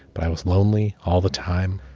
but i was lonely all the time.